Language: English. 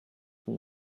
too